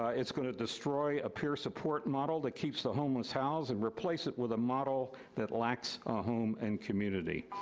it's gonna destroy a peer support model that keeps the homeless housed and replace it with a model that lacks a home and community.